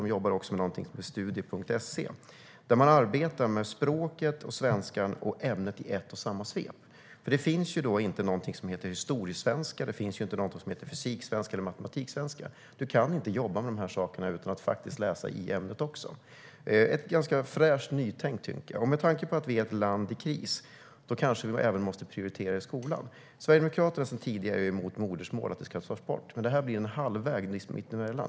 De jobbar också med studier.se. De arbetar med språket svenska och ämnet i ett och samma svep. Det finns inte något som heter historiesvenska, fysiksvenska eller matematiksvenska. Du kan inte jobba med dessa saker utan att faktiskt läsa ämnet också. Det är ett fräscht nytänk. Med tanke på att Sverige är ett land i kris måste vi även prioritera i skolan. Sverigedemokraterna är sedan tidigare emot att ämnet modersmål ska tas bort. Det här blir en halvväg mitt emellan.